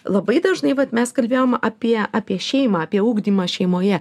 labai dažnai vat mes kalbėjom apie apie šeimą apie ugdymą šeimoje